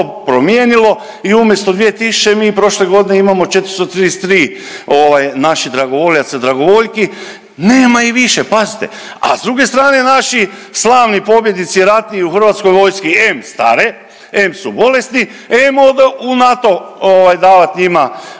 promijenilo i umjesto 2000, mi prošle godine imamo 433 ovaj, naših dragovoljaca, dragovoljki. Nema ih više. Pazite, a s druge strane, naši slavni pobjednici ratni u hrvatskoj vojski em stare, em su bolesni em ode u NATO ovaj davati njima